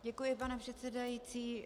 Děkuji, pane předsedající.